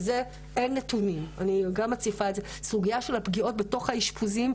על זה אין נתונים - על הסוגיה של הפגיעות בתוך האשפוזים.